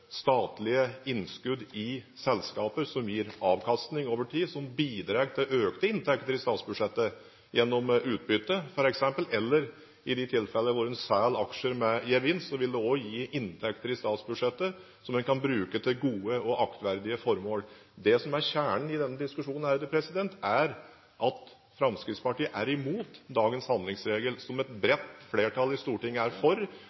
statlige innskudd i selskaper som gir avkastning over tid, og som bidrar til økte inntekter i statsbudsjettet gjennom utbytte, f.eks., eller i de tilfellene hvor en selger aksjer med gevinst, som også vil gi inntekter i statsbudsjettet som en kan bruke til gode og aktverdige formål. Det som er kjernen i denne diskusjonen, er at Fremskrittspartiet er imot dagens handlingsregel, som et bredt flertall i Stortinget er for.